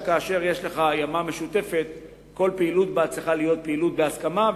שכאשר יש לך ימה משותפת כל פעילות בה צריכה להיות פעילות בהסכמה.